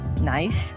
nice